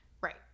Right